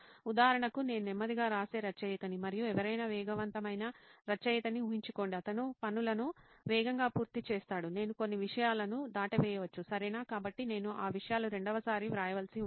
ఉదాహరణకు నేను నెమ్మదిగా రాసే రచయితని మరియు ఎవరైనా వేగవంతమైన రచయితని ఊహించుకోండి అతను పనులను వేగంగా పూర్తి చేస్తాడు నేను కొన్ని విషయాలను దాటవేయవచ్చు సరేనా కాబట్టి నేను ఆ విషయాలను రెండవసారి వ్రాయవలసి ఉంటుంది